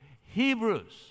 Hebrews